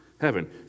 heaven